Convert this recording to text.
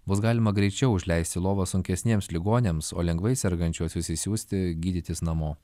bus galima greičiau užleisti lovą sunkesniems ligoniams o lengvai sergančiuosius išsiųsti gydytis namo